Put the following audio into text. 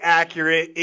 accurate